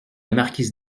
marquise